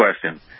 question